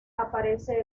aparece